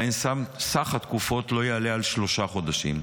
שבו סך התקופות לא יעלה על שלושה חודשים.